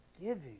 giving